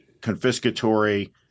confiscatory